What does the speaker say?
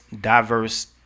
diverse